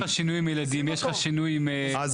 יש לך שינוי עם ילדים, יש לך שינוי עם כתובת שלך.